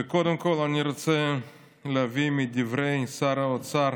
קודם כול אני רוצה להביא מדברי שר האוצר